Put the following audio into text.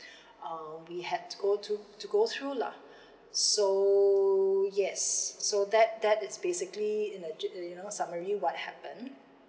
uh we had to go to to go through lah so yes so that that is basically in a you know summary what happen